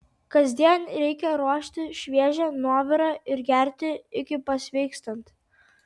kasdien reikia ruošti šviežią nuovirą ir gerti iki pasveikstant